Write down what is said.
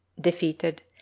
defeated